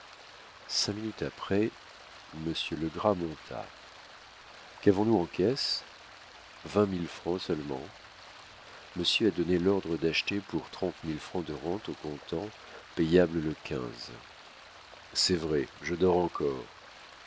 cinq minutes après monsieur legras monta qu'avons-nous en caisse vingt mille francs seulement monsieur a donné l'ordre d'acheter pour trente mille francs de rente au comptant payables le quinze c'est vrai je dors encore